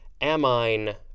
amine